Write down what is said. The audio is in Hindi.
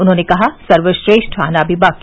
उन्होंने कहा सर्वश्रेष्ठ आना अमी बाकी